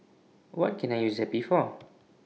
What Can I use Zappy For